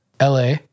LA